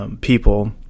people